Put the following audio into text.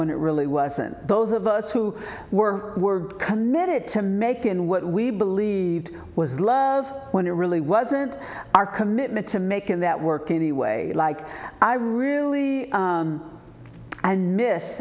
when it really wasn't those of us who were committed to make in what we believed was love when it really wasn't our commitment to making that work anyway like i really and miss